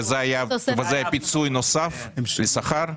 וזה היה פיצוי נוסף, השכר?